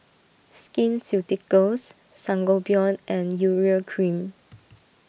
Skin Ceuticals Sangobion and Urea Cream